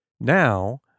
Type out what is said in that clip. Now